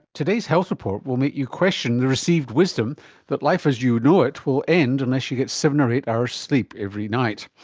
today's health report will make you question the received wisdom that life as you know it will end unless you get seven or eight hours sleep every night.